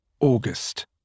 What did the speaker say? August